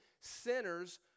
sinners